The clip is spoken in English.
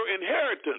inheritance